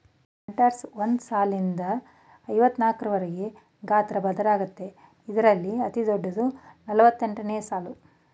planters ಒಂದ್ ಸಾಲ್ನಿಂದ ಐವತ್ನಾಕ್ವರ್ಗೆ ಗಾತ್ರ ಬದಲಾಗತ್ವೆ ಇದ್ರಲ್ಲಿ ಅತಿದೊಡ್ಡದು ನಲವತ್ತೆಂಟ್ಸಾಲು